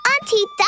Auntie